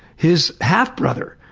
his half-brother,